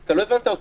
אתה לא הבנת אותי.